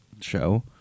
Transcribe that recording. show